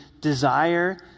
desire